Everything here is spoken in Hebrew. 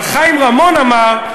אבל חיים רמון אמר,